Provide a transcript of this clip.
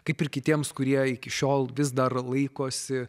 kaip ir kitiems kurie iki šiol vis dar laikosi